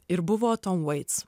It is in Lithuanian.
ir buvo tom veits